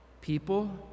People